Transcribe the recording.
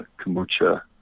kombucha